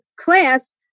class